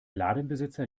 ladenbesitzer